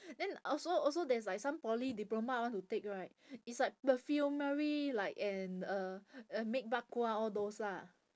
then also also there's like some poly diploma I want to take right it's like perfumery like and uh uh make bak kwa all those ah